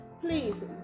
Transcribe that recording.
Please